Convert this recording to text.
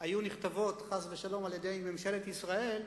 היו נכתבים, חס ושלום, על-ידי ממשלת ישראל,